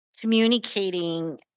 communicating